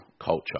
culture